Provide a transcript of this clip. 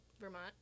Vermont